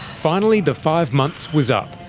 finally the five months was up.